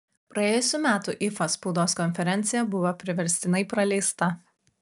praėjusių metų ifa spaudos konferencija buvo priverstinai praleista